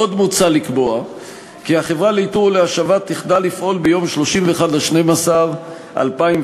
עוד מוצע לקבוע כי החברה לאיתור ולהשבה תחדל לפעול ביום 31 בדצמבר 2017,